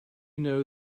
know